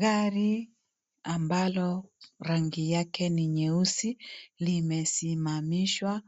Gari ambalo rangi yake ni nyeusi limesimamishwa